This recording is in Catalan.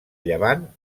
llevant